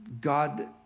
God